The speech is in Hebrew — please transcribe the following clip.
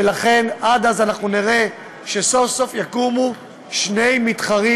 ולכן עד אז נראה שסוף-סוף יקומו שני מתחרים